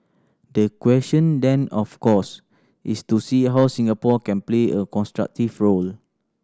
the question then of course is to see how Singapore can play a constructive role